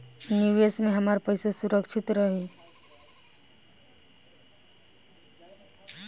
निवेश में हमार पईसा सुरक्षित त रही?